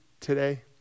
today